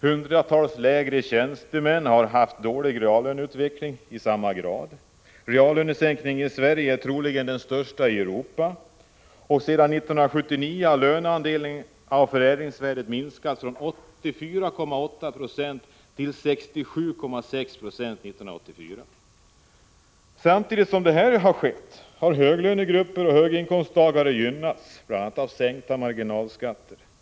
Hundratusentals lägre tjänstemän har haft lika dålig reallöneutveckling. Reallönesänkningen i Sverige är troligen den största i Europa. Sedan 1979 har löneandelen av förädlingsvärdet minskat från 84,8 > till 67,6 Zo år 1984. Samtidigt som det har skett, har höglönegrupper och andra höginkomsttagare gynnats, bl.a. av sänkta marginalskatter.